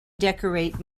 decorate